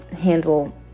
handle